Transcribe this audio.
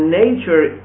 nature